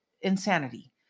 insanity